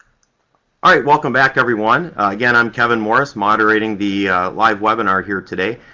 alright. welcome back, everyone. again, i'm kevin morris, moderating the live webinar here today.